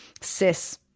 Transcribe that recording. cis